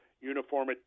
uniform